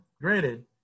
granted